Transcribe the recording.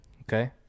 Okay